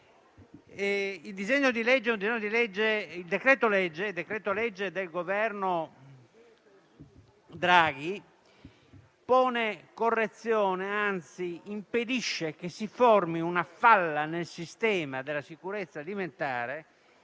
Il decreto-legge del Governo Draghi pone correzione e, anzi, impedisce che si formi una falla nel sistema della sicurezza alimentare,